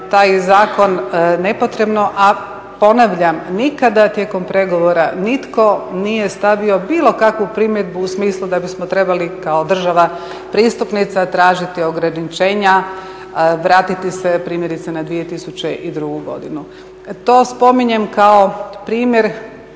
taj zakon nepotrebno, a ponavljam nikada tijekom pregovora nitko nije stavio bilo kakvu primjedbu u smislu da bismo trebali kao država pristupnica tražiti ograničenja, vratiti se primjerice na 2002. godinu. To spominjem kao primjer,